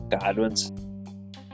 Godwin's